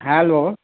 hello